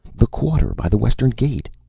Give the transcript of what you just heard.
the quarter by the western gate!